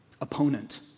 opponent